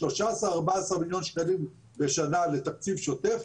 13,14 מיליון שקלים לשנה לתקציב שוטף.